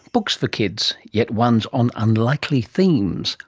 books for kids, yet ones on unlikely themes.